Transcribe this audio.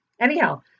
Anyhow